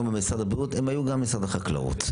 במשרד הבריאות הן היו גם במשרד החקלאות.